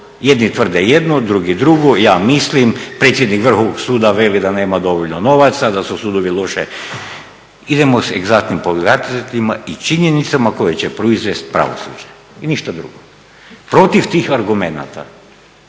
jedni tvrde jedno, drugi drugo, ja mislim, predsjednik Vrhovnog suda veli da nema dovoljno novaca, da su sudovi loše. Idemo … i činjenicama koje će proizvesti pravosuđe i ništa drugo. Protiv tih argumenata,